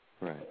Right